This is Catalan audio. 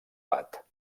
plat